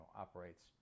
operates